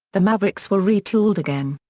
the mavericks were re-tooled again.